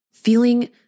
feeling